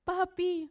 Papi